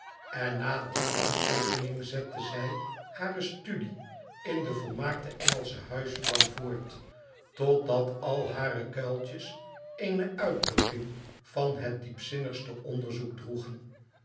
en na die kantteekening zette zij hare studie in de volmaakte engelsche huisvrouw voort totdat al hare kuiltjes eene uitdrukg van het diepzinnigste onderzoek droegen